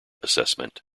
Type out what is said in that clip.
assessment